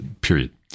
Period